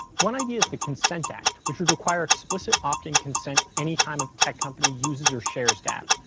one idea is the consent act, which would require explicit opt-in consent any time a tech company uses or shares data.